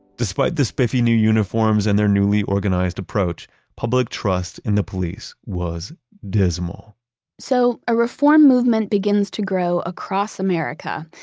despite the spiffy new uniforms and their newly organized approach, public trust in the police was dismal so a reform movement begins to grow across america.